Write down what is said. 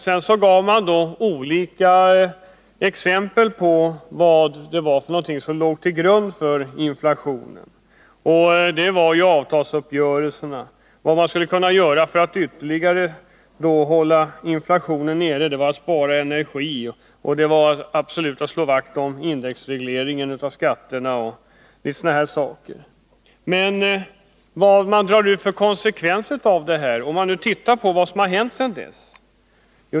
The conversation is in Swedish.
Sedan gav man exempel på vilka omständigheter som låg till grund för inflationen, och det var framför allt avtalsuppgörelserna! Vad man ytterligare skulle kunna göra för att hålla inflationen nere var bl.a. att spara energi och slå vakt om indexregleringen av skatterna. Vad är det då som har hänt sedan dess?